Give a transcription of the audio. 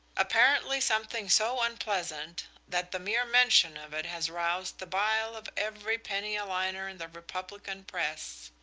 apparently something so unpleasant that the mere mention of it has roused the bile of every penny-a-liner in the republican press.